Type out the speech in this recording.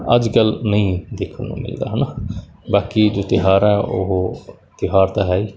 ਅੱਜ ਕੱਲ੍ਹ ਨਹੀਂ ਦੇਖਣ ਨੂੰ ਮਿਲਦਾ ਹੈ ਨਾ ਬਾਕੀ ਜੋ ਤਿਉਹਾਰ ਆ ਉਹ ਤਿਉਹਾਰ ਤਾਂ ਹੈ ਹੀ